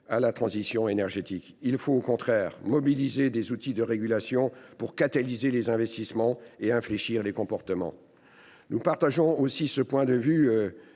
à la transition énergétique. Il faut, au contraire, mobiliser des outils de régulation pour catalyser les investissements et infléchir les comportements. De la même façon, nous